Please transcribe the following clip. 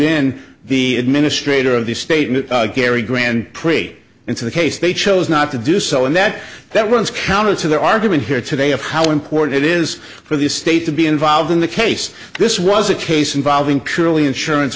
in the administrators of the statement gary grand prix into the case they chose not to do so and that that runs counter to their argument here today of how important it is for the state to be involved in the case this was a case involving purely insurance